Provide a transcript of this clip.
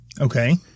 Okay